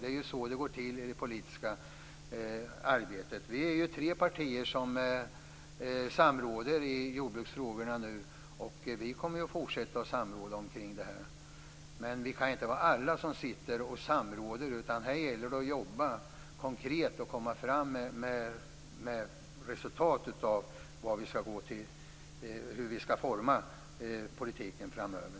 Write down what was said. Det är så det går till i det politiska arbetet. Vi är tre partier som samråder i jordbruksfrågorna. Vi kommer att fortsätta att samråda i frågorna. Alla kan inte sitta och samråda. Här gäller det att jobba och konkret komma fram till resultat om hur politiken skall formas framöver.